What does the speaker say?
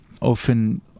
often